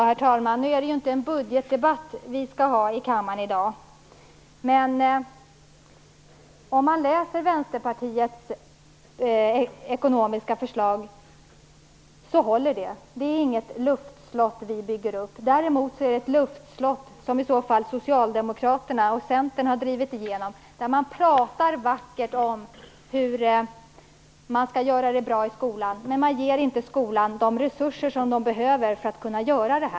Herr talman! Nu är det inte en budgetdebatt vi skall föra här i kammaren i dag. Men om man läser Vänsterpartiets ekonomiska förslag så ser man att det håller. Vi bygger inte något luftslott. Däremot är det ett luftslott när Socialdemokraterna och Centern pratar vackert om hur man skall göra det bra i skolan men inte ger skolan de resurser som behövs.